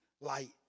light